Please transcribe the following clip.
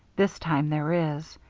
this time there is.